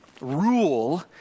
rule